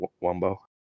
Wombo